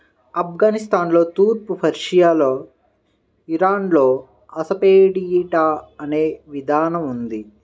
ఆఫ్ఘనిస్తాన్లో, తూర్పు పర్షియాలో, ఇరాన్లో అసఫెటిడా అనే విధానం ఉంది